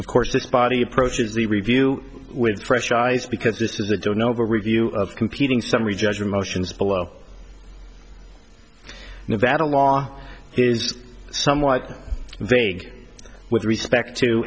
of course this body approaches the review with fresh eyes because this is a don't know review of competing summary judgment motions below nevada law is somewhat vague with respect to